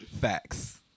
Facts